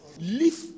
Live